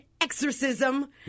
Exorcism